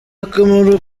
akamaro